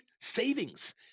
savings